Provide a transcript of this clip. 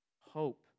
Hope